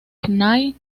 knight